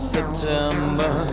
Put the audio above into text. September